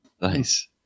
Nice